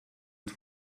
its